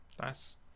Nice